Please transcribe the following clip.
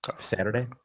Saturday